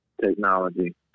technology